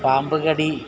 പാമ്പ്കടി